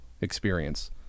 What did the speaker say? experience